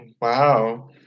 Wow